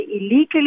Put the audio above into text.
illegally